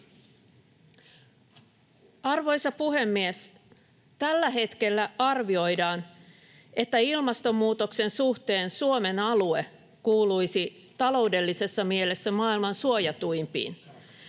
Arvoisa puhemies! Tällä hetkellä arvioidaan, että ilmastonmuutoksen suhteen Suomen alue kuuluisi taloudellisessa mielessä maailman suojatuimpiin.